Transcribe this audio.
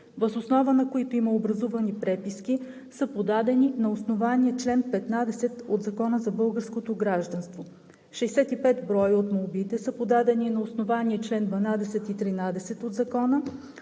въз основа на които има образувани преписки са подадени на основание чл. 15 от Закона за българското гражданство. Шестдесет и пет броя от молбите са подадени на основание чл. 12 и чл. 13 от Закона,